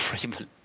Freeman